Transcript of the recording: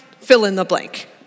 fill-in-the-blank